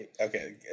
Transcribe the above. Okay